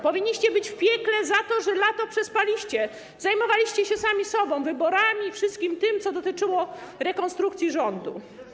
Powinniście być w piekle za to, że lato przespaliście, zajmowaliście się sami sobą, wyborami, wszystkim tym, co dotyczyło rekonstrukcji rządu.